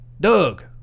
Doug